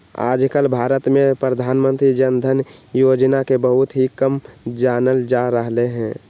आजकल भारत में प्रधानमंत्री जन धन योजना के बहुत ही कम जानल जा रहले है